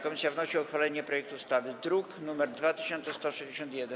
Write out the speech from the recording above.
Komisja wnosi o uchwalenie projektu ustawy z druku nr 2161.